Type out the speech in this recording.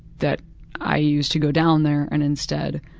that i used to go down there and instead,